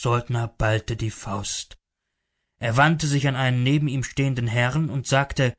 saltner ballte die faust er wandte sich an einen neben ihm stehenden herrn und sagte